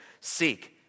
seek